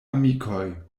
amikoj